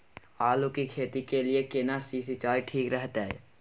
आलू की खेती के लिये केना सी सिंचाई ठीक रहतै?